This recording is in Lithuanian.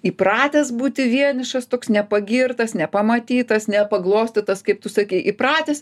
įpratęs būti vienišas toks nepagirtas nepamatytas nepaglostytas kaip tu sakei įpratęs